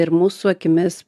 ir mūsų akimis